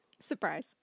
Surprise